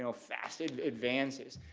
so fast and advances.